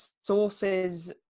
sources